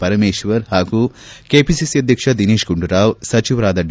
ಪರಮೇಶ್ವರ್ ಹಾಗೂ ಕೆಪಿಸಿಸಿ ಅಧ್ಯಕ್ಷ ದಿನೇಶ್ ಗುಂಡೂರಾವ್ ಸಚಿವರಾದ ಡಿ